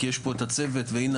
כי יש פה את הצוות ואינה,